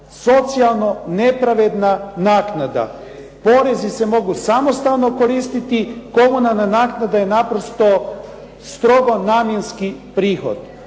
socijalno nepravedna naknada. Porezi se mogu samostalno koristiti. Komunalna naknada je naprosto strogo namjenski prihod